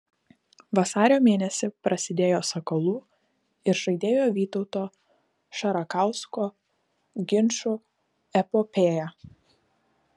vasario mėnesį prasidėjo sakalų ir žaidėjo vytauto šarakausko ginčų epopėja